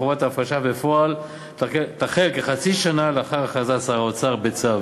וחובת ההפרשה בפועל תחל כחצי שנה לאחר הכרזת שר האוצר בצו.